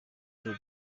cyo